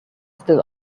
still